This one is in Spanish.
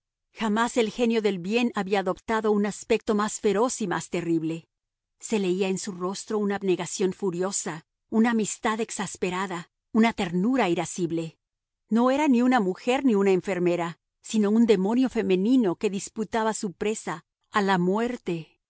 jamás el genio del bien había adoptado un aspecto más feroz y más terrible se leía en su rostro una abnegación furiosa una amistad exasperada una ternura irascible no era ni una mujer ni una enfermera sino un demonio femenino que disputaba su presa a la muerte